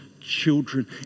children